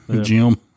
Jim